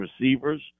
receivers